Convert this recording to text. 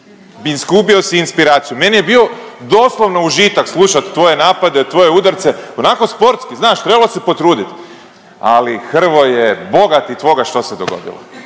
izgubio si inspiraciju! Meni je bio doslovno užitak slušati tvoje napade, tvoje udarce onako sportski znaš, trebalo se potruditi! Ali Hrvoje boga ti tvoga što se dogodilo?